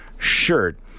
shirt